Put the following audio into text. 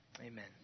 Amen